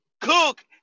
cook